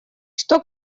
что